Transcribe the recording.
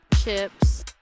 chips